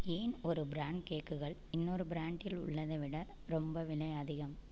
ஏன் ஒரு பிரான்ட் கேக்குகள் இன்னொரு பிரான்டில் உள்ளதை விட ரொம்ப விலை அதிகம்